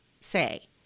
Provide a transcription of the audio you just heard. say